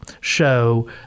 show